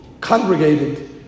congregated